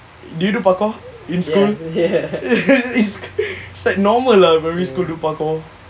do you do parkour in school it's like normal lah primary school do parkour